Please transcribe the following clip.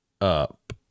up